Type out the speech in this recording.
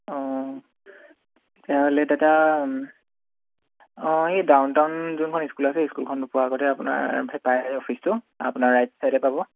অঁ তেতিয়াহ'লে দাদা অঁ এই ডাউন টাউন যোনখন স্কুল আছে স্কুলখন নোপোৱাৰ আগতে আপোনাৰ ভেপাই অফিচটো আপোনাৰ ৰাইট ছাইডে পাব